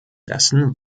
dessen